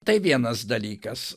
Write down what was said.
tai vienas dalykas